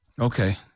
Okay